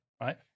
Right